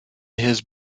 his